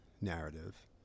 narrative